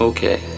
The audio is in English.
Okay